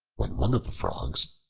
when one of the frogs,